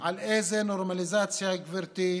לכן על איזה נורמליזציה, גברתי,